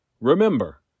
Remember